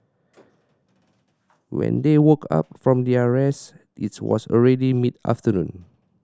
when they woke up from their rest it's was already mid afternoon